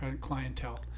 clientele